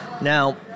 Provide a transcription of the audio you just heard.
Now